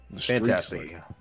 fantastic